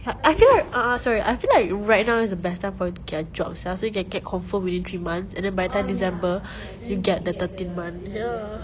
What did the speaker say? I cannot ah ah sorry I feel like right now is the best time for you to get a job sia so you can get confirmed within three months and then by then december you get the thirteen month ya